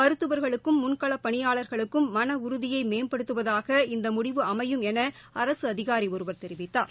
மருத்துவர்களுக்கும் முன்களப் பணியாளர்களுக்கும் மன உறுதியை மேம்படுத்துவதாக இந்த முடிவு அமையும் என அரசு அதிகாரி ஒருவர் தெரிவித்தார்